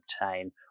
obtain